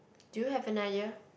do you have an idea